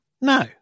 No